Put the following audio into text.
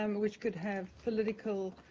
um which could have political,